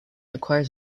acquires